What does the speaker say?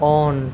on